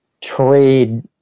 trade